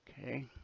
okay